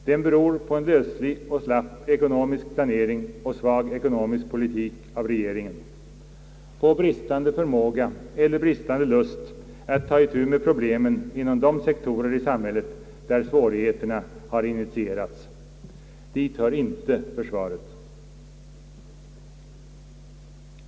Den beror på en löslig och slapp ekonomisk planering och svag ekonomisk politik av regeringen, på bristande förmåga eller bristande lust att ta itu med problemen inom de sektorer i samhället där svårigheterna initieras. Dit hör inte försvaret.